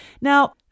Now